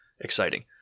exciting